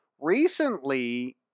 recently